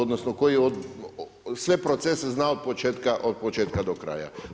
Odnosno, koji je sve procese znao od početka do kraja.